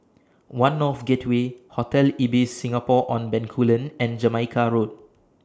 one North Gateway Hotel Ibis Singapore on Bencoolen and Jamaica Road